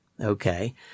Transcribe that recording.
Okay